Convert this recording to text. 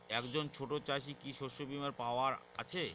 একজন ছোট চাষি কি শস্যবিমার পাওয়ার আছে?